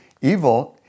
evil